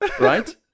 right